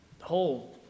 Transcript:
whole